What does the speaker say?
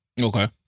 Okay